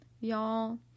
y'all